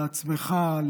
לעצמך,